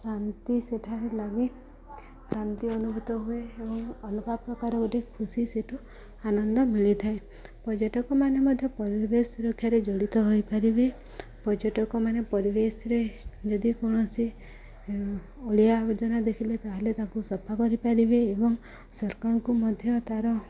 ଶାନ୍ତି ସେଠାରେ ଲାଗେ ଶାନ୍ତି ଅନୁଭୂତ ହୁଏ ଏବଂ ଅଲଗା ପ୍ରକାର ଗୋଟେ ଖୁସି ସେଠୁ ଆନନ୍ଦ ମିଳିଥାଏ ପର୍ଯ୍ୟଟକ ମାନେ ମଧ୍ୟ ପରିବେଶ ସୁରକ୍ଷାରେ ଜଡ଼ିତ ହୋଇପାରିବେ ପର୍ଯ୍ୟଟକ ମାନେ ପରିବେଶରେ ଯଦି କୌଣସି ଅଳିଆ ଆର୍ଜନା ଦେଖିଲେ ତା'ହେଲେ ତାକୁ ସଫା କରିପାରିବେ ଏବଂ ସରକାରଙ୍କୁ ମଧ୍ୟ ତା'ର